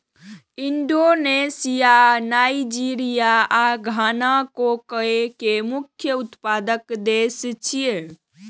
Indonesia, Nigeria आ Ghana cocoa के मुख्य उत्पादक देश छियै